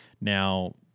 Now